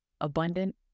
abundant